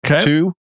two